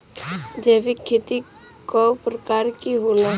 जैविक खेती कव प्रकार के होला?